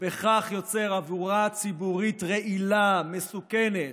ובכך יוצר אווירה ציבורית רעילה, מסוכנת,